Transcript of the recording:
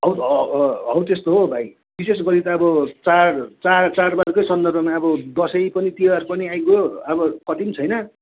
हौ त्यस्तो हो भाइ विशेष गरी त अब चाड चाड चाडबाडकै सन्दर्भमा अब दसैँ पनि तिहार पनि आइगयो अब कति पनि छैन